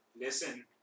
Listen